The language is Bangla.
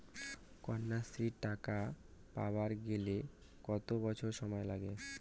কন্যাশ্রী টাকা পাবার গেলে কতো বছর বয়স লাগে?